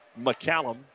McCallum